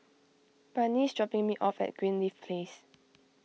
Barnie is dropping me off at Greenleaf Place